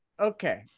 Okay